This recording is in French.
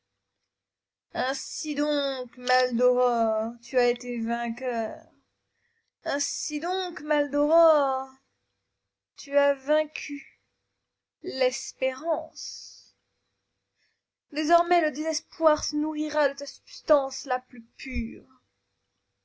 ainsi donc maldoror tu as été vainqueur ainsi donc maldoror tu as vaincu l'espérance désormais le désespoir se nourrira de ta substance la plus pure